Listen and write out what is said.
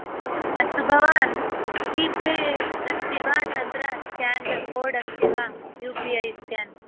अस्तु भवान् जीपे अस्ति वा तत्र स्केन् कोड् अस्ति वा यु पि ऐ स्केन्